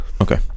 Okay